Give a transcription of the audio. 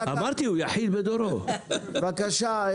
בבקשה,